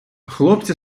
хлопці